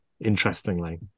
interestingly